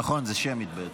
נכון, זה שמית.